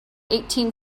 eighteen